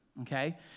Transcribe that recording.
Okay